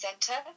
center